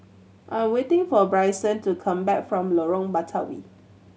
I'm waiting for Bryson to come back from Lorong Batawi